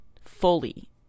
fully